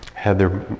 Heather